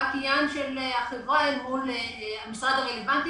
זה רק עניין של החברה אל מול המשרד הרלוונטי